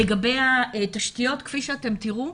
לגבי התשתיות כפי שתראו,